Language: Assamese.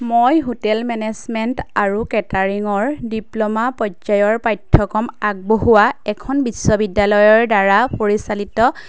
মই হোটেল মেনেজমেণ্ট আৰু কেটাৰিংৰ ডিপ্ল'মা পৰ্যায়ৰ পাঠ্যক্ৰম আগবঢ়োৱা এখন বিশ্ববিদ্যালয়ৰদ্বাৰা পৰিচালিত